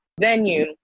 venue